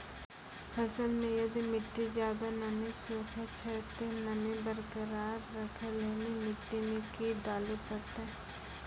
फसल मे यदि मिट्टी ज्यादा नमी सोखे छै ते नमी बरकरार रखे लेली मिट्टी मे की डाले परतै?